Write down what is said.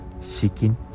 seeking